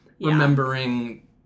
remembering